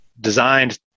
designed